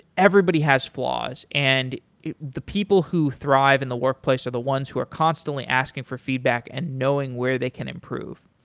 everybody has flaws, and the people who thrive in the workplace are the ones who are constantly asking for feedback and knowing where they can improve.